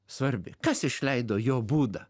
svarbi kas išleido jo būdą